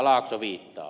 laakso viittaa